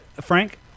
Frank